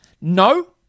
No